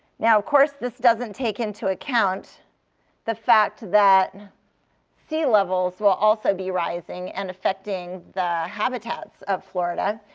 now, of course this doesn't take into account the fact that sea levels will also be rising and affecting the habitats of florida.